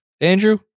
Andrew